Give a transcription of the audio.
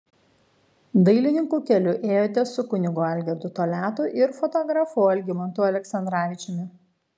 dailininkų keliu ėjote su kunigu algirdu toliatu ir fotografu algimantu aleksandravičiumi